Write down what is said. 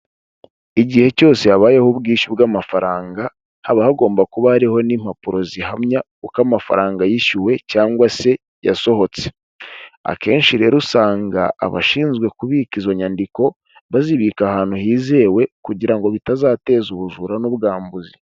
Igihe cyose habayeho ubwishyu bw'amafaranga, haba hagomba kuba hariho n'impapuro zihamya uko amafaranga yishyuwe cyangwa se yasohotse, akenshi rero usanga abashinzwe kubika izo nyandiko, bazibika ahantu hizewe kugira ngo bitazateza ubujura n'ubwambuzi.